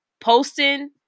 posting